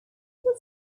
was